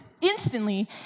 instantly